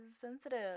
sensitive